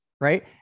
right